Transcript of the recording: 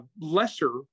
lesser